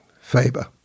Faber